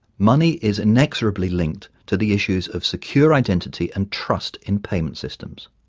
money is inexorably linked to the issues of secure identity and trust in payment systems.